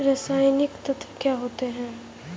रसायनिक तत्व क्या होते हैं?